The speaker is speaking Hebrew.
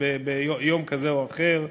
ביום כזה או אחר,